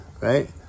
right